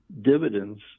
dividends